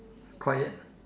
quiet